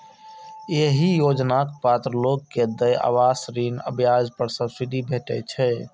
एहि योजनाक पात्र लोग कें देय आवास ऋण ब्याज पर सब्सिडी भेटै छै